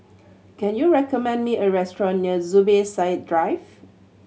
can you recommend me a restaurant near Zubir Said Drive